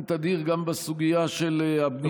תדיר גם בסוגיה של הבנייה הבלתי-חוקית,